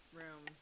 room